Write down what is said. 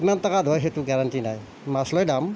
কিমান টকাত হয় সেইটো গেৰাণ্টি নাই মাছ লৈ দাম